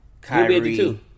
Kyrie